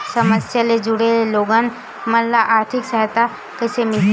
समस्या ले जुड़े लोगन मन ल आर्थिक सहायता कइसे मिलही?